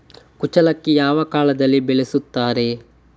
ಕುಚ್ಚಲಕ್ಕಿ ಯಾವ ಕಾಲದಲ್ಲಿ ಬೆಳೆಸುತ್ತಾರೆ?